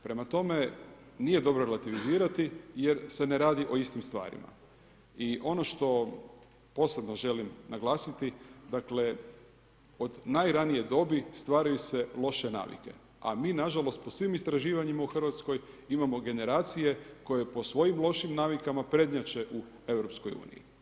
Prema tome, nije dobro relativizirati jer se ne radi o istim stvarima I ono što posebno želim naglasiti, dakle od najranije dobi stvaraju se loše navike, a mi nažalost po svim istraživanjima u Hrvatskoj imamo generacije koje po svojim lošim navikama prednjače u EU.